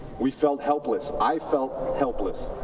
we felt helpless. i felt helpless.